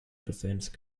defence